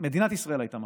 מדינת ישראל הייתה מפסידה,